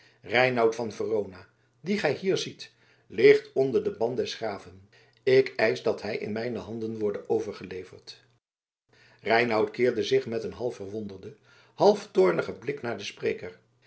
reinout van verona dien gij hier ziet ligt onder den ban des graven ik eisch dat hij in mijne handen worde overgeleverd reinout keerde zich met een half verwonderden half toornigen blik naar den spreker